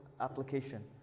application